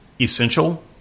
essential